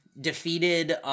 defeated